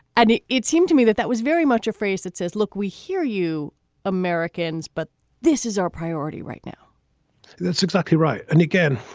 and it it seemed to me that that was very much a phrase that says, look, we hear you americans, but this is our priority right now that's exactly right. and again,